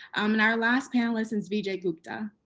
um and our last panelist and is vijay gupta,